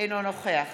אינו נוכח